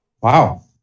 Wow